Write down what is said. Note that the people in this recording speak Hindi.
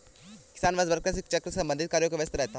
किसान वर्षभर कृषि चक्र से संबंधित कार्यों में व्यस्त रहते हैं